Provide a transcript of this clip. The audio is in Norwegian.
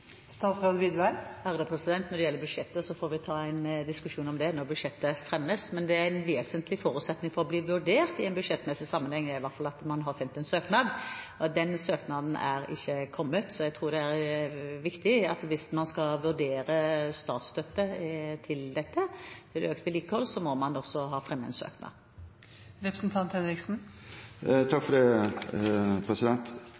Når det gjelder budsjettet, får vi ta en diskusjon om det når budsjettet fremmes. Men en vesentlig forutsetning for å bli vurdert i en budsjettmessig sammenheng er i hvert fall at man har sendt en søknad, og den søknaden er ikke kommet. Hvis statsstøtte til dette, til økt vedlikehold, skal vurderes, er det viktig at man også må ha fremmet en søknad. Takk for svaret. Det